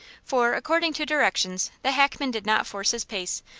for, according to directions, the hackman did not force his pace,